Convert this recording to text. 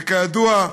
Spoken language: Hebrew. וכידוע,